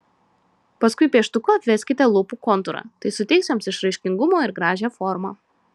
paskui pieštuku apveskite lūpų kontūrą tai suteiks joms išraiškingumo ir gražią formą